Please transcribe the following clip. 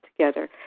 together